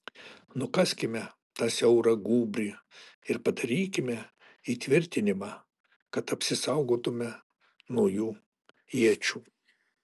nukaskime tą siaurą gūbrį ir padarykime įtvirtinimą kad apsisaugotumėme nuo jų iečių